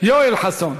יואל חסון.